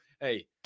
Hey